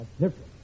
different